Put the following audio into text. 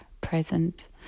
present